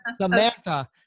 Samantha